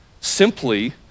Simply